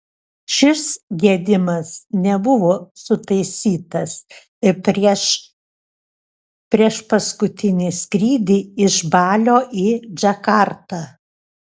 šis gedimas nebuvo sutaisytas ir prieš priešpaskutinį skrydį iš balio į džakartą